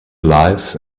life